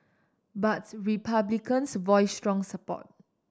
but Republicans voiced strong support